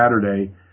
Saturday